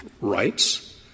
rights